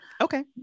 Okay